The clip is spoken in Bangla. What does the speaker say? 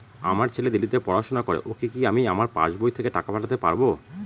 আমার ছেলে দিল্লীতে পড়াশোনা করে ওকে কি আমি আমার পাসবই থেকে টাকা পাঠাতে পারব?